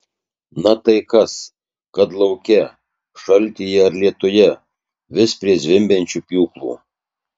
na tai kas kad lauke šaltyje ar lietuje vis prie zvimbiančių pjūklų